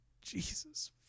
jesus